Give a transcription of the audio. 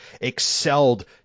excelled